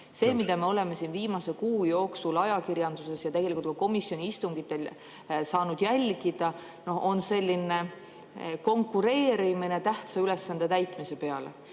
See, mida me oleme siin viimase kuu jooksul ajakirjanduses ja tegelikult ka komisjoni istungitel saanud jälgida, on selline konkureerimine tähtsa ülesande täitmise peale.